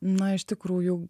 na iš tikrųjų